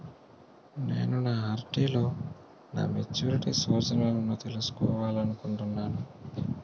నేను నా ఆర్.డి లో నా మెచ్యూరిటీ సూచనలను తెలుసుకోవాలనుకుంటున్నాను